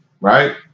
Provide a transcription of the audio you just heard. right